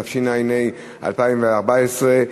התשע"ה 2014,